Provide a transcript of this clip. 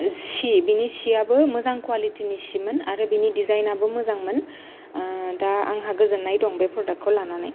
बिनि सियाबो मोजां कुवालिटिनि सिमोन आरो बिनि डिजाइनाबो मोजांमोन दा आंहा गोजोननाय दं बे प्रोडाक्टखौ लानानै